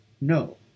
No